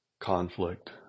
Conflict